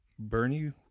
Bernie